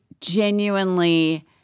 genuinely